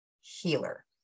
Healer